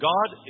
God